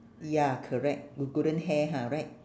ya correct with golden hair ha right